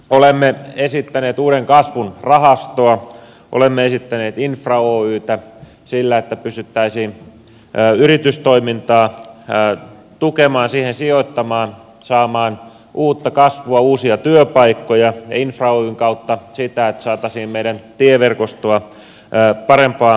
olemme esittäneet uuden kasvun rahastoa olemme esittäneet infra oytä että pystyttäisiin yritystoimintaa tukemaan siihen sijoittamaan saamaan uutta kasvua uusia työpaikkoja ja infra oyn kautta sitä että saataisiin meidän tieverkostoa parempaan kuntoon